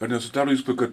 ar nesusidaro įspūdis kad